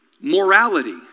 morality